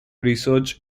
research